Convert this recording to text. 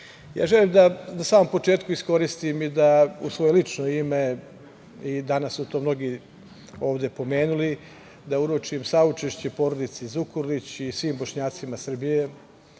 pravac. Želim da na samom početku iskoristim i da u svoje lično ime, i danas su to mnogi ovde pomenuli, da uručim saučešće porodici Zukorlić i svim Bošnjacima Srbije.